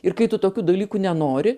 ir kai tu tokių dalykų nenori